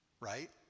Right